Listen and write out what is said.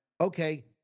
okay